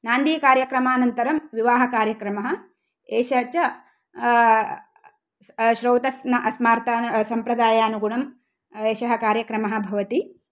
नान्दीकार्यक्रमानन्तरं विवाहकार्यक्रमः एष च श्रौतस्मार्तसम्प्रदायानुगुणं एषः कार्यक्रमः भवति